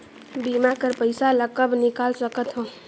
बीमा कर पइसा ला कब निकाल सकत हो?